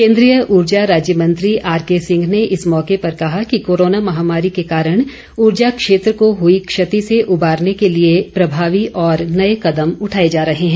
केन्द्रीय ऊर्जा राज्य मंत्री आरकेसिंह ने इस मौके पर कहा कि कोरोना महामारी के कारण ऊर्जा क्षेत्र को हई क्षति से उबारने के लिए प्रभावी और नए कदम उठाए जा रहे हैं